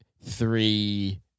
three